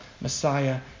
Messiah